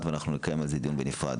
ואנחנו נקיים על זה דיון בנפרד.